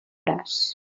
braç